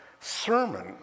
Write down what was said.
sermon